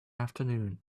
afternoon